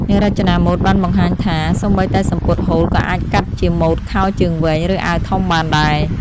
អ្នករចនាម៉ូដបានបង្ហាញថា សូម្បីតែសំពត់ហូលក៏អាចកាត់ជាម៉ូដខោជើងវែង ឬអាវធំបានដែរ។